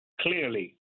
clearly